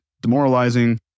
demoralizing